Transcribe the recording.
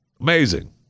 amazing